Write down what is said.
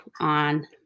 on